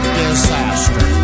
disaster